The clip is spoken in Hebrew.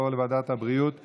לוועדת הבריאות נתקבלה.